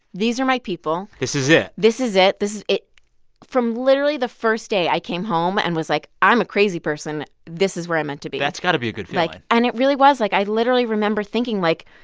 these are my people this is it this is it. this is from literally the first day, i came home and was like, i'm a crazy person. this is where i meant to be that's got to be a good feeling like and it really was. like, i literally remember thinking, like,